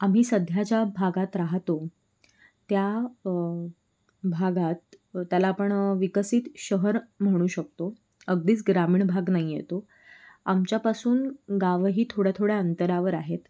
आम्ही सध्या ज्या भागात राहतो त्या भागात त्याला आपण विकसित शहर म्हणू शकतो अगदीच ग्रामीण भाग नाही आहे तो आमच्यापासून गावही थोड्या थोड्या अंतरावर आहेत